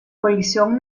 coalición